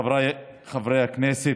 חבריי חברי הכנסת,